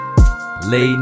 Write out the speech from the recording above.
Late